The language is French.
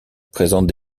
présente